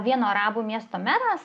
vieno arabų miesto meras